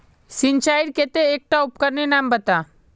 सिंचाईर केते एकटा उपकरनेर नाम बता?